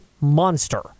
monster